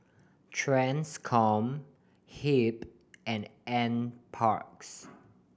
Transcom HEB and N Parks